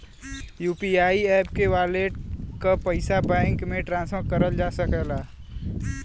UPI app के wallet क पइसा बैंक में ट्रांसफर करल जा सकला